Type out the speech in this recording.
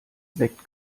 sekt